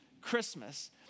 Christmas